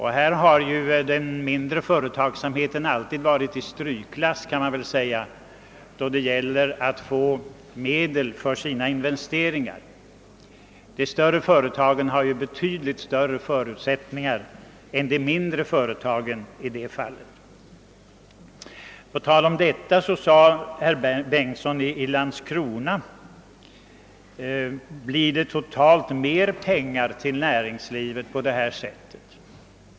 Här har den mindre företagsamheten alltid befunnit sig i strykklass då det gäller att få medel för sina investeringar. De större företagen har ju betydligt större förutsättningar än de mindre företagen i det fallet. På tal om detta frågade herr Bengtsson i Landskrona om det totalt blir mera pengar för näringslivet på det här sättet.